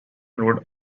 road